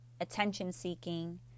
attention-seeking